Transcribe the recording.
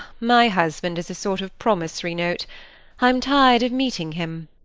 my husband is a sort of promissory note i'm tired of meeting him.